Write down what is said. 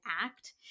act